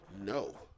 No